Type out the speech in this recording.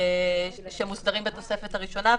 שמוסדרים בתוספת הראשונה,